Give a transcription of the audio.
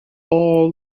all